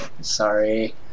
Sorry